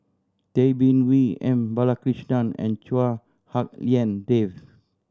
Tay Bin Wee M Balakrishnan and Chua Hak Lien Dave